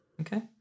okay